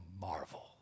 marvel